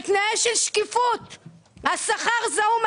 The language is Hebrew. השכר זעום.